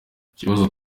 ikibazo